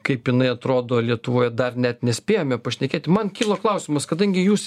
kaip jinai atrodo lietuvoje dar net nespėjome pašnekėti man kilo klausimas kadangi jūs